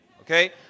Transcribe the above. Okay